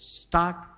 start